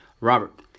robert